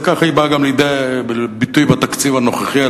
וככה היא באה לידי ביטוי בתקציב הנוכחי,